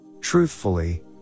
Truthfully